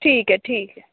ठीक है ठीक है